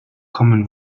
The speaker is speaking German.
kommen